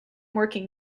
working